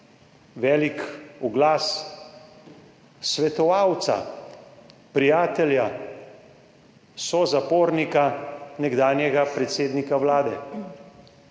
velik oglas, svetovalca, prijatelja, sozapornika, nekdanjega predsednika Vlade.